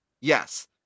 Yes